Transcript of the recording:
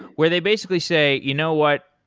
where they basically say, you know what,